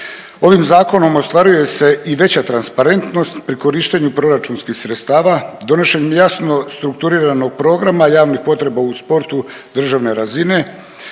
Ovim zakonom ostvaruje se i veća transparentnost pri korištenju proračunskih sredstava donošenjem jasno strukturiranog programa javnih potreba u sportu državne razine